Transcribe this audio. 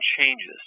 changes